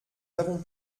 avons